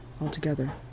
altogether